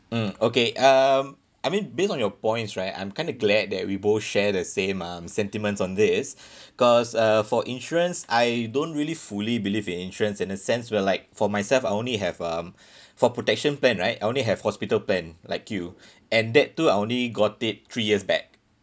mm okay um I mean based on your points right I'm kind of glad that we both share the same um sentiments on this cause uh for insurance I don't really fully believe in insurance in a sense where like for myself I only have um for protection plan right I only have hospital plan like you and that too I only got it three years back